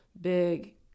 big